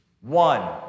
One